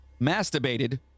masturbated